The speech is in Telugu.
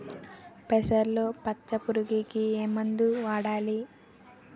పెసరలో పచ్చ పురుగుకి ఏ మందు వాడాలి?